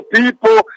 people